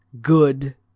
good